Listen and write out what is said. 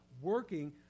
working